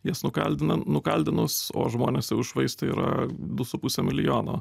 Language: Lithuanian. jas nukaldino nukaldinus o žmonės jų iššvaisto yra du su puse milijono